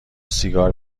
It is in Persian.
سیگار